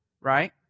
Right